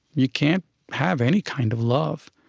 you can't have any kind of love,